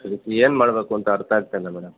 ಅದಕ್ಕೆ ಏನು ಮಾಡಬೇಕು ಅಂತ ಅರ್ಥ ಆಗ್ತಾ ಇಲ್ಲ ಮೇಡಮ್